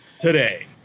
today